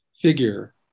figure